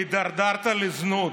הידרדרת לזנות.